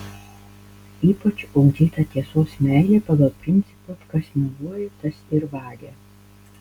ypač ugdyta tiesos meilė pagal principą kas meluoja tas ir vagia